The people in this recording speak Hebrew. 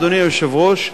אדוני היושב-ראש,